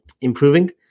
improving